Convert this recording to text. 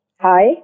Hi